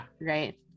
right